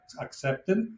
accepted